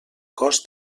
cost